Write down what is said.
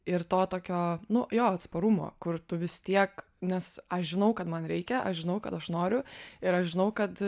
ir to tokio nu jo atsparumo kur tu vis tiek nes aš žinau kad man reikia aš žinau kad aš noriu ir aš žinau kad